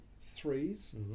threes